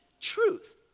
truth